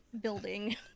building